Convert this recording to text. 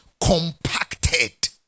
compacted